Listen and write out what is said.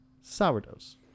sourdoughs